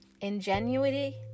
Ingenuity